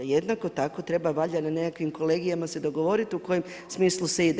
Jednako tako treba valjda na nekakvim kolegijima dogovoriti u kojem smislu se ide.